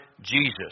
Jesus